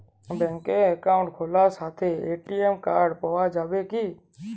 ব্যাঙ্কে অ্যাকাউন্ট খোলার সাথেই এ.টি.এম কার্ড পাওয়া যায় কি?